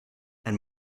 and